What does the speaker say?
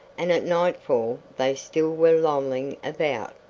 and at nightfall they still were lolling about,